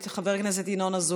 את חבר הכנסת ינון אזולאי,